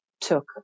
took